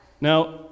Now